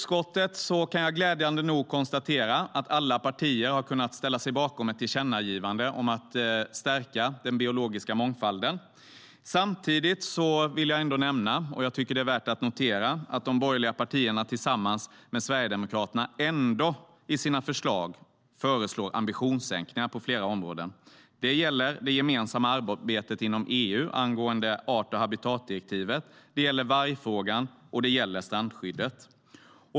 Jag kan glädjande nog konstatera att alla partier i utskottet har kunnat ställa sig bakom ett tillkännagivande om att stärka den biologiska mångfalden. Samtidigt vill jag ändå nämna - jag tycker att det är värt att notera - att de borgerliga partierna tillsammans med Sverigedemokraterna föreslår ambitionssänkningar på flera områden. Det gäller det gemensamma arbetet inom EU angående art och habitatdirektivet. Det gäller vargfrågan, och det gäller strandskyddet.